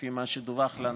לפי מה שדווח לנו,